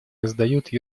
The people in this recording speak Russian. раздают